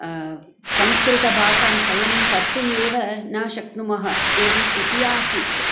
संस्कृतभाषां चयनं कर्तुम् एव न शक्नुमः एवं स्थिति आसीत्